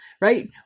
Right